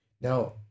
Now